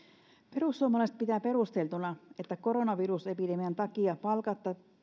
perussuomalaiset pitää perusteltuna että koronavirusepidemian takia palkatta